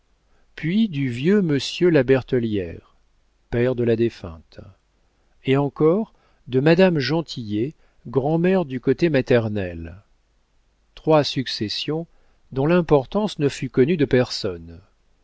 puis du vieux monsieur la bertellière père de la défunte et encore de madame gentillet grand'mère du côté maternel trois successions dont l'importance ne fut connue de personne